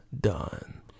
done